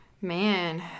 Man